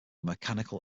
mechanical